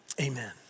amen